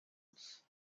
uns